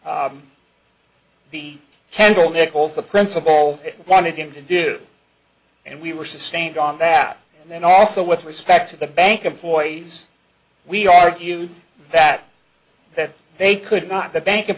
what the kendall nicole the principal wanted him to do and we were sustained on that and then also with respect to the bank employees we argued that that they could not the bank